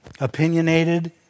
opinionated